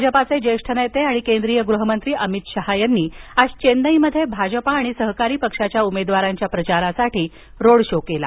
भाजपाचे ज्येष्ठ नेते आणि केंद्रीय गृहमंत्री अमित शहा यांनी आज चेन्नईमध्ये भाजपा आणि सहकारी पक्षाच्या उमेदवारांच्या प्रचारासाठी रोड शो केला